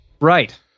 Right